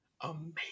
amazing